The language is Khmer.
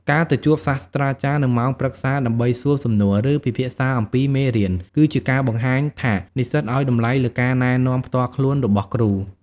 ការទៅជួបសាស្រ្តាចារ្យនៅម៉ោងប្រឹក្សាដើម្បីសួរសំណួរ ឬពិភាក្សាអំពីមេរៀន គឺជាការបង្ហាញថា និស្សិតឱ្យតម្លៃលើការណែនាំផ្ទាល់ខ្លួនរបស់គ្រូ។